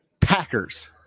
Packers